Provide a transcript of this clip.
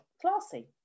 Classy